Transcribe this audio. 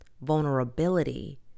vulnerability